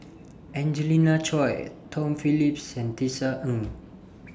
Angelina Choy Tom Phillips and Tisa Ng